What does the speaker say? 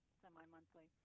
semi-monthly